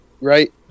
right